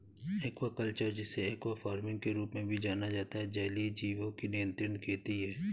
aquaculture, जिसे aqua farming के रूप में भी जाना जाता है, जलीय जीवों की नियंत्रित खेती है